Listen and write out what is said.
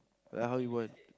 then how you want